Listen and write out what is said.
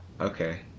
Okay